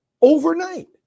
overnight